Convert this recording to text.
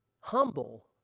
humble